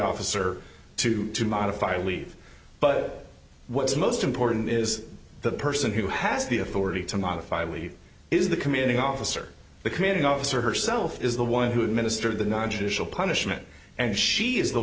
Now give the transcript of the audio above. officer to to modify leave but what's most important is that the person who has the authority to modify leave is the commanding officer the commanding officer herself is the one who administer the non judicial punishment and she is the